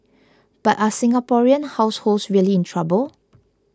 but are Singaporean households really in trouble